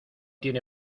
tiene